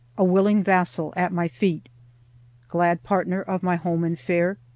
a willing vassal at my feet glad partner of my home and fare,